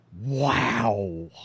Wow